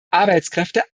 arbeitskräfte